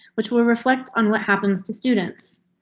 which will reflect on what happens to students.